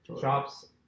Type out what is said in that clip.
shops